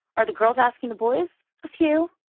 are the girls asking the boys? a few.